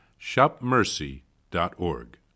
shopmercy.org